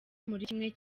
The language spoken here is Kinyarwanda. muri